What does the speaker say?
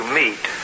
meet